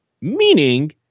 meaning